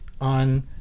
on